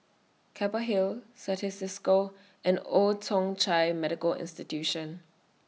Keppel Hill Certis CISCO and Old Thong Chai Medical Institution